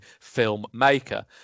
filmmaker